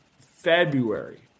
February